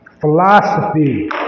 philosophy